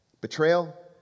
Betrayal